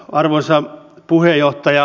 arvoisa puheenjohtaja